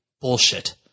bullshit